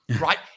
right